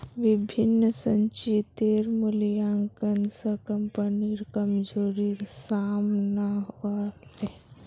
विभिन्न संचितेर मूल्यांकन स कम्पनीर कमजोरी साम न व ले